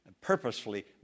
purposefully